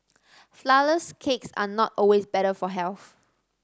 flourless cake are not always better for health